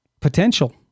potential